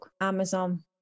Amazon